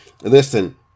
listen